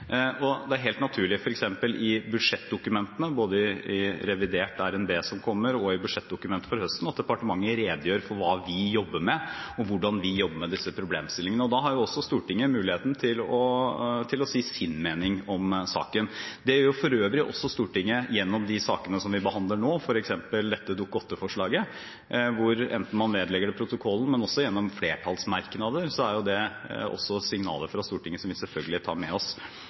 og det er helt naturlig at departementet f.eks. i budsjettdokumentene, både i revidert nasjonalbudsjett som kommer og i budsjettdokumentet for høsten, redegjør for hva vi jobber med, og hvordan vi jobber med disse problemstillingene, og da har jo også Stortinget muligheten til å si sin mening om saken. Det gjør for øvrig også Stortinget gjennom de sakene som vi behandler nå, f.eks. dette Dokument 8-forslaget. Enten man vedlegger det protokollen eller gir uttrykk for sitt syn gjennom flertallsmerknader, er det signaler fra Stortinget som vi selvfølgelig tar med oss.